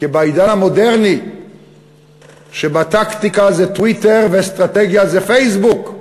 כי בעידן המודרני טקטיקה זה טוויטר ואסטרטגיה זה פייסבוק,